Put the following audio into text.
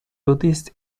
buddhist